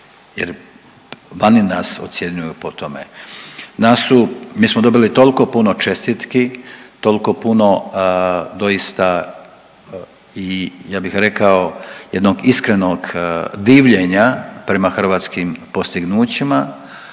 jer vani nas ocjenjuju po tome. Nas su, mi smo dobili toliko puno čestitku, toliko puno doista i ja bih rekao jednog iskrenog divljenja prema hrvatskim postignućima,